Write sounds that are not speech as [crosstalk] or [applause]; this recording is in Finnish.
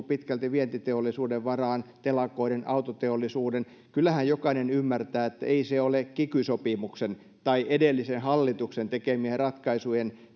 [unintelligible] pitkälti vientiteollisuuden varaan telakoiden autoteollisuuden niin kyllähän jokainen ymmärtää että ei se ole kiky sopimuksen tai edellisen hallituksen tekemien ratkaisujen [unintelligible]